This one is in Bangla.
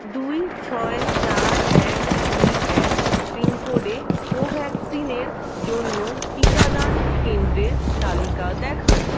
দুই ছয় চার এক দুই এক পিনকোডে কোভ্যাক্সিনের জন্য টিকাদান কেন্দ্রের তালিকা দেখান